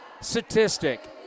statistic